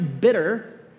bitter